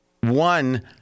One